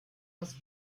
hast